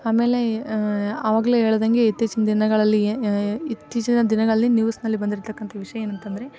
ಆಮೇಲೆ ಅವಾಗ್ಲೇ ಹೇಳ್ದಂಗೆ ಇತ್ತೀಚಿನ ದಿನಗಳಲ್ಲಿ ಇತ್ತೀಚಿನ ದಿನಗಳಲ್ಲಿ ನ್ಯೂಸ್ನಲ್ಲಿ ಬಂದಿರತಕ್ಕಂಥ ವಿಷಯ ಏನು ಅಂತಂದರೆ